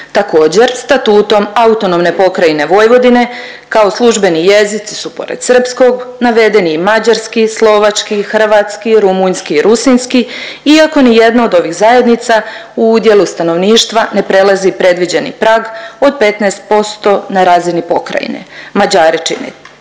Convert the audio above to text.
Također statutom autonomne pokrajine Vojvodine kao službenici jezici su pored srpskog navedeni i mađarski, slovački, hrvatski, rumunjski i rusinski iako ni jedna od ovih zajednica u udjelu stanovništva ne prelazi predviđeni prag od 15% na razini pokrajine. Mađari čine